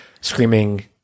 screaming